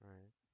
Right